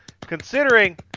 considering